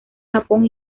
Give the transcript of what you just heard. japón